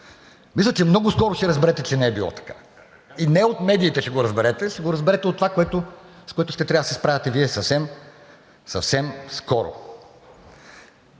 Мисля, че много скоро ще разберете, че не е било така. И не от медиите ще го разберете, ще го разберете от това, с което Вие ще трябва да се справяте съвсем, съвсем скоро.